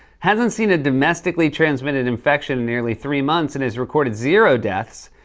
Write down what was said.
hasn't seen a domestically transmitted infection in nearly three months and has recorded zero deaths.